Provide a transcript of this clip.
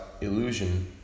illusion